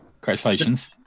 Congratulations